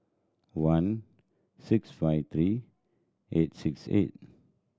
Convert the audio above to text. one six five three eight six eight